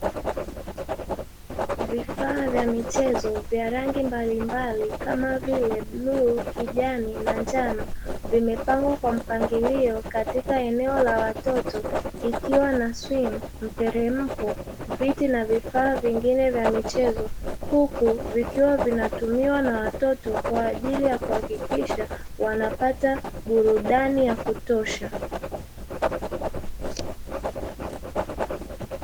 Vifaa vya michezo vya rangi mbalimbali kama vile; bluu, kijani na njano, vimepangwa kwa mpangilio katika eneo la watoto ikiwa na swimi, mteremko, viti na vifaa vingine vya michezo, huku vikiwa vinatumiwa na watoto kwa ajili ya kuhakikisha wanapata burudani ya kutosha.